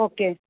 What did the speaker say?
okay